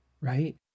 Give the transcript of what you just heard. Right